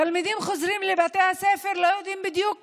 תלמידים חוזרים לבתי הספר ולא יודעים בדיוק